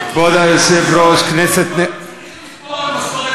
צריך לקבוע מסורת